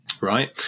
right